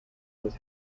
was